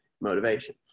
motivation